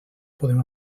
podem